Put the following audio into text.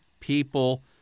people